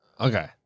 Okay